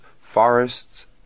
forests